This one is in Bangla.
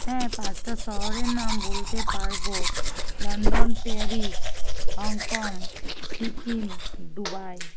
হ্যাঁ পাঁচটা শহরের নাম বলতে পারবো London Paris Hong Kong Sikkim Dubai